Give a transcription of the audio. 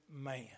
man